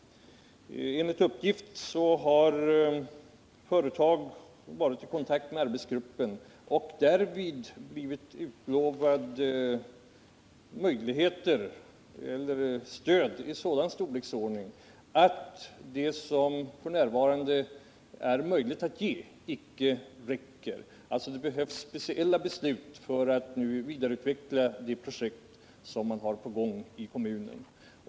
Enligt uppgift har företag som varit i kontakt med arbetsgruppen därvid blivit utlovade stöd i sådan storleksordning att de medel som det f. n. är möjliga att ge icke räcker till. Det behövs alltså speciella beslut för att vidareutveckla de projekt som är på gång i kommunen.